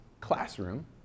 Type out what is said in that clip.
classroom